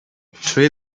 three